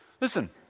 Listen